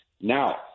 Now